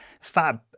fab